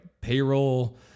payroll